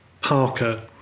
parker